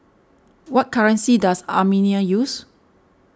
what currency does Armenia use